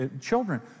children